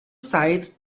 side